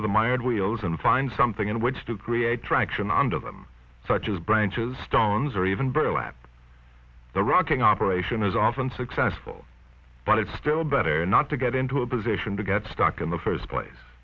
wheels and find something in which to create traction under them such as branches stones or even burlap the rocking operation is often successful but it's still better not to get into a position to get stuck in the first place